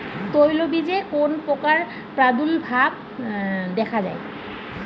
তৈলবীজে কোন পোকার প্রাদুর্ভাব দেখা যায়?